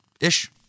Ish